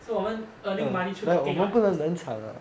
so 我们 earning money to talking right